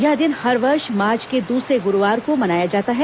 यह दिन हर वर्ष मार्च के दूसरे गुरूवार को मनाया जाता है